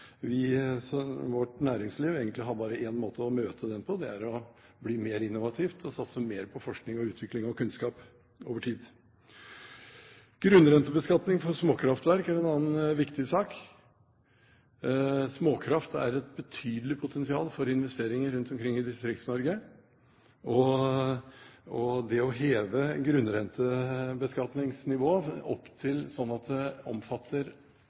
Vårt næringsliv har egentlig bare én måte å møte den på, og det er å bli mer innovativ og å satse mer på forskning og utvikling og kunnskap over tid. Grunnrentebeskatning for småkraftverk er en annen viktig sak. Småkraft har et betydelig potensial for investeringer rundt omkring i Distrikts-Norge, og det å heve grunnrentebeskatningsnivået opp